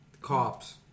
cops